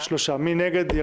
מי נגד?